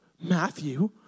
Matthew